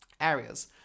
areas